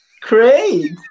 Great